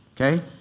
okay